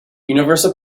universal